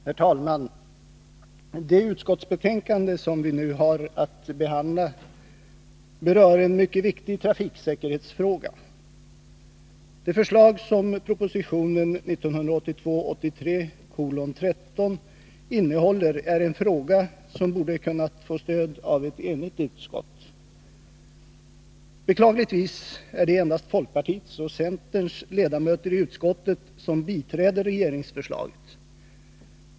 Herr talman! Det utskottsbetänkande som vi nu har att behandla berör en mycket viktig trafiksäkerhetsfråga. Förslaget i propositionen 1982/83:13 borde ha kunnat få stöd av ett enigt utskott. Beklagligtvis är det endast folkpartiets och centerns ledamöter i utskottet som biträder regeringsförslaget.